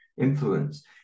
influence